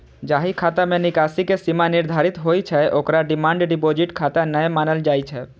जाहि खाता मे निकासी के सीमा निर्धारित होइ छै, ओकरा डिमांड डिपोजिट खाता नै मानल जाइ छै